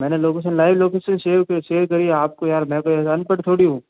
मैंने location live location share share करी है आपको यार मैं कोई अनपढ़ थोड़ी हूँ